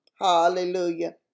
Hallelujah